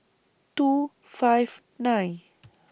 two five nine